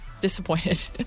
disappointed